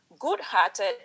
Good-hearted